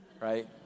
right